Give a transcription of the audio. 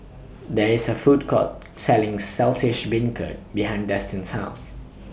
There IS A Food Court Selling Saltish Beancurd behind Destin's House